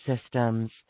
systems